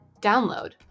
download